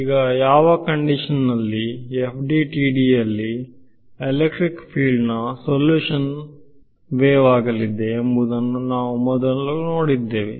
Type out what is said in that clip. ಈಗ ಯಾವ ಕಂಡೀಶನ್ನಲ್ಲಿ FDTD ಯಲ್ಲಿ ಎಲೆಕ್ಟ್ರಿಕ್ ಫೀಲ್ಡ್ ನ ಸಲ್ಯೂಷನ್ ವೆವಾಗಲಿದೆ ಎಂಬುದನ್ನು ನಾವು ಮೊದಲು ನೋಡಿದ್ದೇವೆ